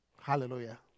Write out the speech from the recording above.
Hallelujah